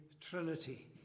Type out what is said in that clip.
Trinity